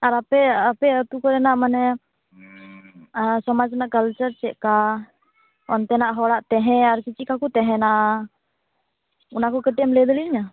ᱟᱨ ᱟᱯᱮ ᱟᱯᱮ ᱟᱛᱳ ᱠᱚᱨᱮᱱᱟᱜ ᱢᱟᱱᱮ ᱥᱚᱢᱟᱡᱽ ᱨᱮᱱᱟᱜ ᱠᱟᱞᱪᱟᱨ ᱪᱮᱫᱠᱟ ᱚᱱᱛᱮᱱᱟᱜ ᱦᱚᱲᱟᱜ ᱛᱟᱦᱮᱸ ᱟᱨᱠᱤ ᱪᱮᱫᱠᱟ ᱠᱚ ᱛᱮᱦᱮᱱᱟ ᱚᱱᱟᱠᱚ ᱠᱟᱹᱴᱤᱡ ᱞᱟᱹᱭ ᱫᱟᱲᱮᱭᱟᱧᱟ